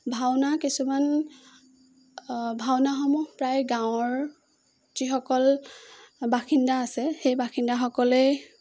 ভাওনা কিছুমান ভাওনাসমূহ প্ৰায় গাঁৱৰ যিসকল বাসিন্দা আছে সেই বাসিন্দাসকলে